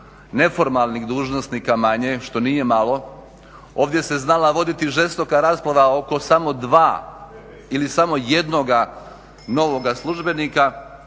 neformalnih dužnosnika manje, što nije malo. Ovdje se znala voditi žestoka rasprava oko samo dva ili samo jednoga novoga službenika,